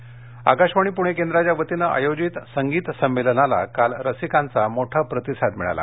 संगीत संमेलन आकाशवाणी पुणे केंद्राच्या वतीनं आयोजित संगीत संमेलनाला काल रसिकांचा मोठा प्रतिसाद मिळाला